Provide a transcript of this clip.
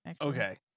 Okay